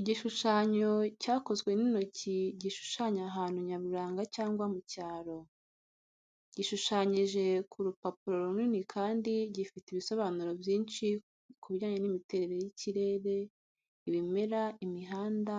Igishushanyo cyakozwe n’intoki gishushanya ahantu nyaburanga cyangwa mu cyaro. Gishushanyije ku rupapuro runini kandi gifite ibisobanuro byinshi ku bijyanye n’imiterere y’ikirere, ibimera, imihanda